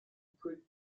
pre